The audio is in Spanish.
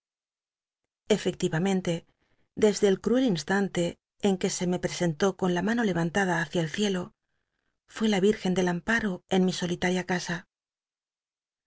desde el ctucl instante en que se me presentó con la mano levantada húcia el ciclo fué la virgen del ampa t'o en mi solitaria casa